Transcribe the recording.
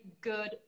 good